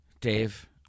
Dave